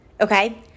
Okay